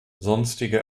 sonstige